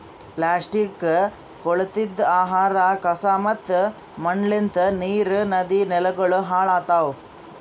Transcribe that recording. plastic, ಕೊಳತಿದ್ ಆಹಾರ, ಕಸಾ ಮತ್ತ ಮಣ್ಣಲಿಂತ್ ನೀರ್, ನದಿ, ನೆಲಗೊಳ್ ಹಾಳ್ ಆತವ್